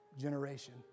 generation